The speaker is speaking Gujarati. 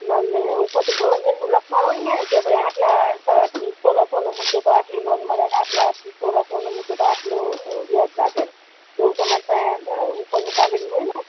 નહીં નહીં એવું તો કશું ગવર્મેન્ટનું લખાણ હોય ને કે ભાઈ આટલા આ તી તોલા સોનું છે તો એટલી લોન મળે અને આટલા તોલા સોનું મૂકીએ તો આટલું વ્યાજ લાગે એવું તમારી પાસે એ ઉપરનું કાગળિયું હોય ને